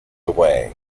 away